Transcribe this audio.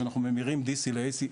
שאנחנו ממירים DC ל-AC,